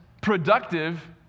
productive